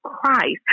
Christ